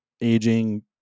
aging